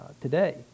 today